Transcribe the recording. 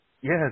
yes